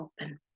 open